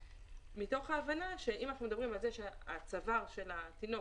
מתוך הבנה שאם אנחנו מדברים על כך שצוואר התינוק